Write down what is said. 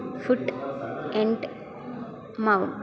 foot and mount